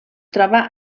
troba